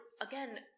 again